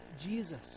Jesus